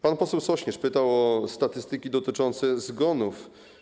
Pan poseł Sośnierz pytał o statystyki dotyczące zgonów.